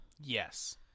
yes